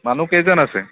মানুহ কেইজন আছে